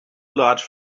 large